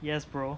yes bro